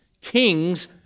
Kings